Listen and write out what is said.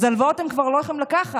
אז הלוואות הם כבר לא יכולים לקחת,